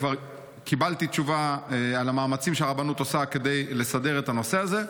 קיבלתי תשובה על המאמצים שהרבנות עושה כדי לסדר את הנושא הזה,